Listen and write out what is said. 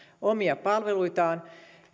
omia palveluitaan